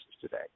today